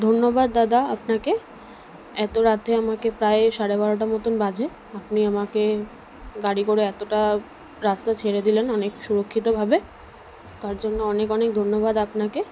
ধন্যবাদ দাদা আপনাকে এত রাতে আমাকে প্রায় সাড়ে বারোটা মতন বাজে আপনি আমাকে গাড়ি করে এতটা রাস্তা ছেড়ে দিলেন অনেক সুরক্ষিতভাবে তার জন্য অনেক অনেক ধন্যবাদ আপনাকে